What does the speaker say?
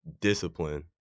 discipline